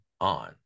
on